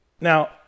now